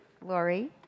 Lori